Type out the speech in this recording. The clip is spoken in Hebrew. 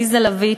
עליזה לביא,